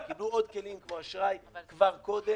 קיבלו עוד כלים, כמו אשראי, כבר קודם.